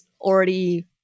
already